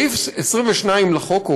סעיף 22 לחוק אומר: